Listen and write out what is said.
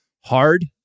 hard